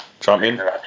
Champion